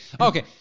Okay